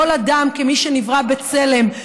כל אדם כמי שנברא בצלם,